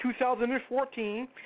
2014